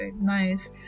Nice